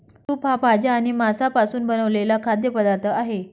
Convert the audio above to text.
soup हा भाज्या आणि मांसापासून बनवलेला खाद्य पदार्थ आहे